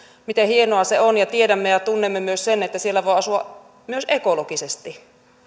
miten hienoa se on ja tiedämme ja tunnemme myös sen että siellä voi asua myös ekologisesti